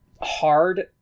hard